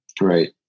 right